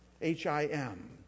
H-I-M